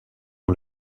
ont